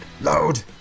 load